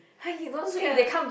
!huh! you not scared ah